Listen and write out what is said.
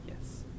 Yes